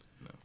No